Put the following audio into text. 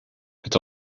het